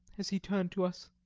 as he turned to us.